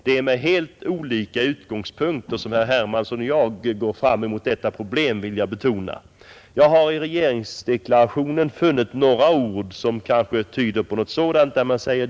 Det är från helt olika utgångspunkter som herr Hermansson i Stockholm och jag bedömer detta problem, det vill jag betona. Jag har i regeringsdeklarationen funnit en mening som tyder på att ett erkännande av Östtyskland kommer.